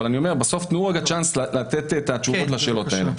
תנו צ'אנס לתת תשובות לשאלות האלה.